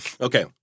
Okay